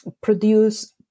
produce